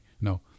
No